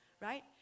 right